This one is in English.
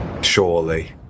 surely